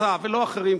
ולא אחרים,